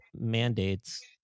mandates